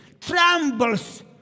trembles